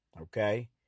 Okay